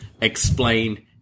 explain